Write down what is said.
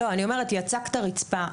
יצקת רצפה,